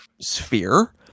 sphere